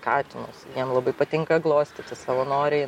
katinus jiem labai patinka glostyti savanoriai